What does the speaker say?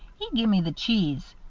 he gimme the cheese.